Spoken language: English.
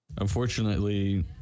unfortunately